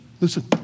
Listen